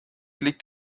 liegt